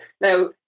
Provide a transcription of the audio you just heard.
now